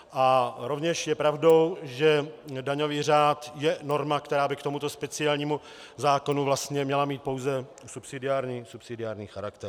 A rovněž je pravdou, že daňový řád je norma, která by k tomuto speciálnímu zákonu vlastně měla mít pouze subsidiární charakter.